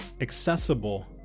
accessible